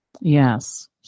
yes